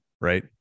right